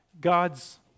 God's